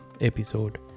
episode